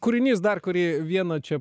kūrinys dar kurį vieną čia